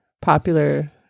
popular